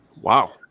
Wow